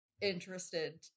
interested